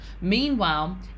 meanwhile